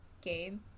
game